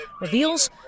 reveals